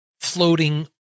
floating